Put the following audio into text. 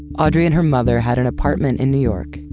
audrey and her mother had an apartment in new york.